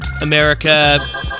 america